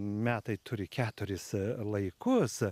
metai turi keturis laikus